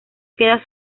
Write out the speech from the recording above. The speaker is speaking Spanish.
queda